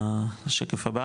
הזה.